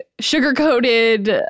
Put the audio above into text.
sugar-coated